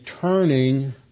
turning